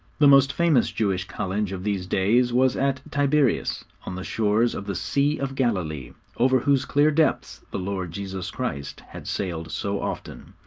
the most famous jewish college of these days was at tiberius, on the shores of the sea of galilee over whose clear depths the lord jesus christ had sailed so often,